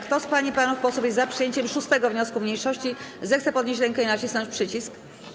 Kto z pań i panów posłów jest za przyjęciem 6. wniosku mniejszości, zechce podnieść rękę i nacisnąć przycisk.